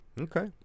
okay